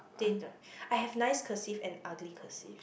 I have nice cursive and ugly cursive